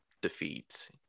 defeat